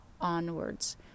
onwards